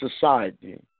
society